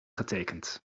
getekend